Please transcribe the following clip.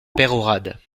peyrehorade